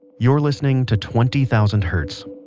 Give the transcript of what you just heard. you're listening to twenty thousand hertz.